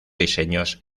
diseños